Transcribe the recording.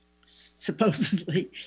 supposedly